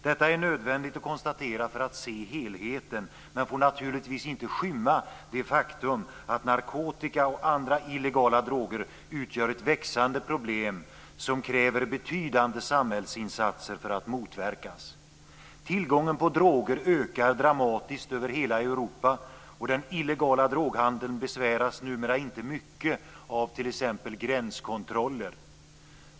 Detta är nödvändigt att konstatera för att se helheten men får naturligtvis inte skymma det faktum att narkotika och andra illegala droger utgör ett växande problem som kräver betydande samhällsinsatser för att motverkas. Tillgången på droger ökar dramatiskt över hela Europa, och den illegala droghandelns besväras numera inte mycket av t.ex. gränskontroller.